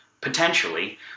potentially